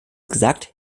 gesagt